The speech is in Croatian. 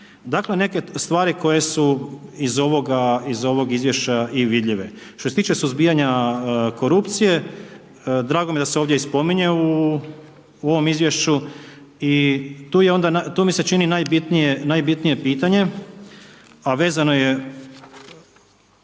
Dakle, neke stvari koje su iz ovog izvješća i vidljive. Što se tiče suzbijanja korupcije, drago mi je da se ovdje i spominju u ovom izvješću i tu mi se čini najbitnije pitanje, a vezano je